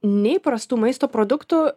neįprastų maisto produktų